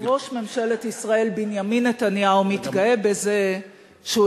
ראש ממשלת ישראל בנימין נתניהו מתגאה בזה שהוא